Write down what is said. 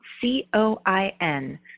C-O-I-N